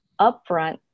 upfront